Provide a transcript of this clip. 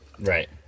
Right